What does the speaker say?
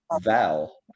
Val